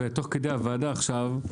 תוך כדי הוועדה עכשיו,